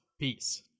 peace